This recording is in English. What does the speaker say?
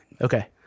okay